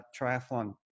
triathlon